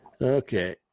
Okay